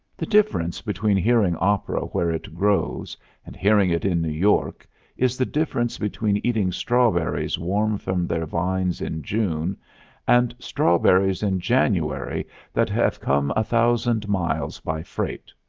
the difference between hearing opera where it grows and hearing it in new york is the difference between eating strawberries warm from their vines in june and strawberries in january that have come a thousand miles by freight.